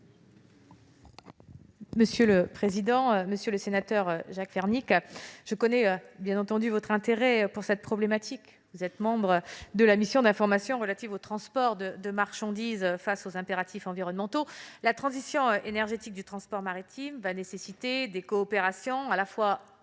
Mme la ministre. Monsieur le sénateur Jacques Fernique, je connais votre intérêt pour cette problématique, puisque vous êtes membre de la mission d'information relative au transport de marchandises face aux impératifs environnementaux. La transition énergétique du transport maritime va nécessiter des coopérations internationales,